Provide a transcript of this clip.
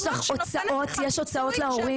יש לך הוצאות, יש הוצאות להורים.